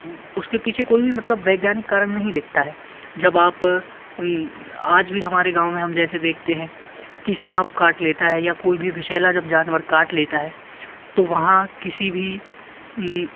उसके पीछे कोई भी मतलब वैज्ञानिक कारण नहीं दिखता है जब आप आज भी हमारे गाँव में हम जैसे देखते हैं कि साँप काट लेता है या कोई भी विषैला जब जानवर काट लेता है तो वहाँ किसी भी